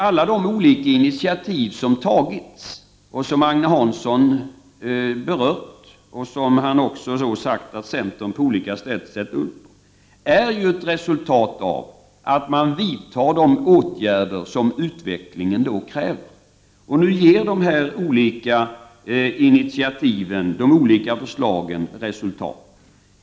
Alla de olika initiativ som har tagits och som Agne Hansson har berört och som han sagt att centern på olika sätt föreslagit, är ju ett resultat av att man vidtar de åtgärder som utvecklingen kräver. Och nu ger de olika förslagen och initiativen resultat.